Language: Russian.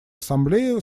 ассамблея